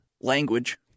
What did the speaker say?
language